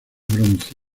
bronce